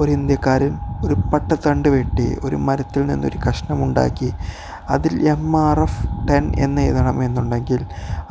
ഒരു ഇന്ത്യക്കാരൻ ഒരു പട്ടത്തണ്ട് വെട്ടി ഒരു മരത്തിൽ നിന്നൊരു കഷണമുണ്ടാക്കി അതിൽ എം ആർ എഫ് ടെൻ എന്നെഴുതണമെന്നുണ്ടെങ്കിൽ